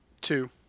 Two